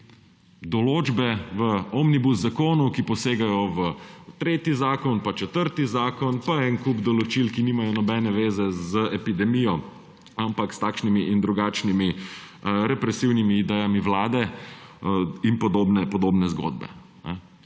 Določbe v omnibus zakonu, ki posegajo v tretji, četrti zakon pa en kup določil, ki nimajo nobene zveze z epidemijo, ampak s takšnimi in drugačnimi represivnimi idejami Vlade, in podobne zgodbe.